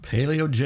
Paleo